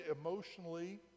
emotionally